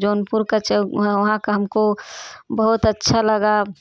जौनपुर का वहाँ का हमको बहुत अच्छा लगा